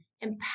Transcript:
empower